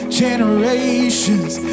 generations